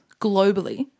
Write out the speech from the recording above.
globally